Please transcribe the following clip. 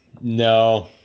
No